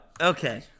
Okay